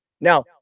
Now